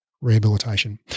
Rehabilitation